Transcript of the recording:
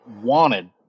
wanted